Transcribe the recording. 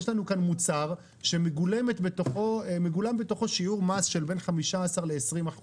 יש לנו כאן מוצר שמגולם בתוכו שיעור מס של בין 15% ל-20%,